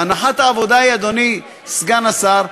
הנחת העבודה היא, אדוני סגן השר,